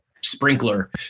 sprinkler